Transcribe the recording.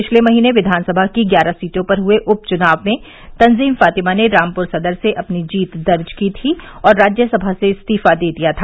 पिछले महीने विधानसभा की ग्यारह सीटों पर हुए उप चुनाव में तंजीम फातिमा ने रामपुर सदर से अपनी जीत दर्ज की थी और राज्यसभा से इस्तीफा दे दिया था